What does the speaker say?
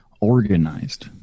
organized